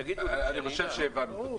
תגידו לי, שאני אדע.